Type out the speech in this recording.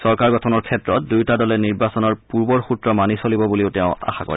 চৰকাৰৰ গঠনৰ ক্ষেত্ৰত দুয়োটা দলে নিৰ্বাচনৰ পূৰ্বৰ সূত্ৰ মানি চলিব বুলিও তেওঁ আশা কৰে